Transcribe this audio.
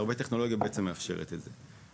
והרבה טכנולוגיה מאפשרת את זה.